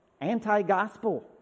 anti-gospel